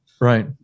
Right